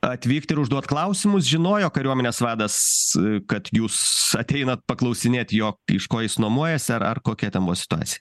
atvykti ir užduot klausimus žinojo kariuomenės vadas kad jūs ateinat paklausinėt jo iš ko jis nuomojasi ar ar kokia ten buvo situacija